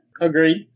Agreed